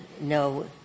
no –